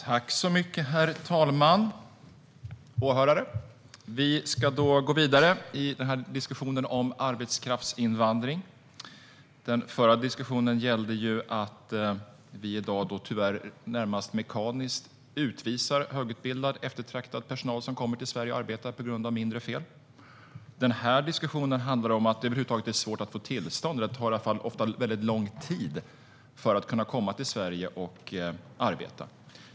Herr talman! Åhörare! Vi ska gå vidare i diskussionen om arbetskraftsinvandring. Den förra interpellationsdebatten gällde att vi i dag tyvärr närmast mekaniskt på grund av mindre fel utvisar högutbildad eftertraktad personal som kommer till Sverige och arbetar. Den här interpellationsdebatten handlar om att det över huvud taget är svårt att få tillstånd. Det tar i alla fall ofta mycket lång tid att kunna komma till Sverige och arbeta.